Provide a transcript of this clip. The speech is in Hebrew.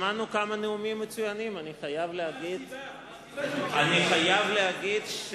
שמענו כמה נאומים מצוינים, אני חייב להגיד.